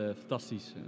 fantastisch